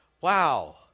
wow